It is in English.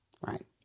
Right